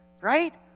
right